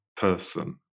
person